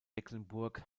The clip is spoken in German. mecklenburg